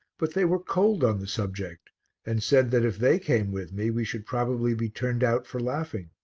but they were cold on the subject and said that if they came with me we should probably be turned out for laughing.